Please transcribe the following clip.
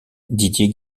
didier